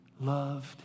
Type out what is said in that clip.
loved